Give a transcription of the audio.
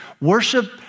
Worship